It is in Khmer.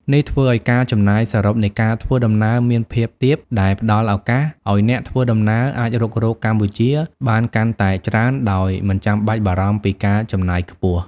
នេះធ្វើឱ្យការចំណាយសរុបនៃការធ្វើដំណើរមានភាពទាប ដែលផ្ដល់ឱកាសឱ្យអ្នកធ្វើដំណើរអាចរុករកកម្ពុជាបានកាន់តែច្រើនដោយមិនចាំបាច់បារម្ភពីការចំណាយខ្ពស់។